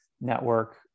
Network